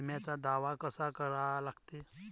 बिम्याचा दावा कसा करा लागते?